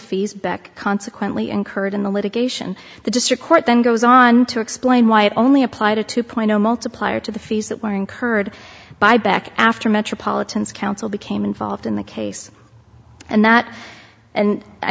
fees back consequently incurred in the litigation the district court then goes on to explain why it only applied a two point zero multiplier to the fees that were incurred by back after metropolitans counsel became involved in the case and that and i